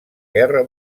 guerra